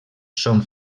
són